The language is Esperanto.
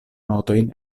notojn